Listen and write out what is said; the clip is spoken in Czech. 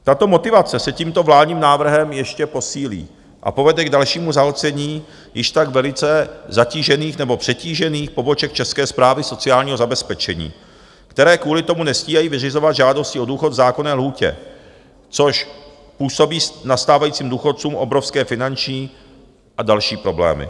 Tato motivace se tímto vládním návrhem ještě posílí a povede k dalšímu zahlcení již tak velice zatížených nebo přetížených poboček České správy sociálního zabezpečení, které kvůli tomu nestíhají vyřizovat žádosti o důchod v zákonné lhůtě, což působí nastávajícím důchodcům obrovské finanční a další problémy.